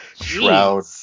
Shroud